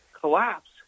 collapse